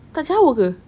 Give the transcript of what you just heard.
tak jauh ke